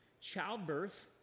Childbirth